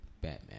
Batman